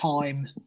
time